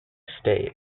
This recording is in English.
state